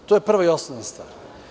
To je prva i osnovna stvar.